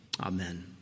Amen